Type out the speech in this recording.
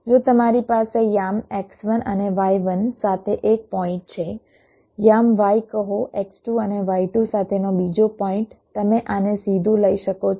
જો તમારી પાસે યામ x1 અને y1 સાથે એક પોઈન્ટ છે યામ y કહો x2 અને y2 સાથેનો બીજો પોઈન્ટ તમે આને સીધું લઈ શકો છો